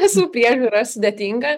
visų priežiūra yra sudėtinga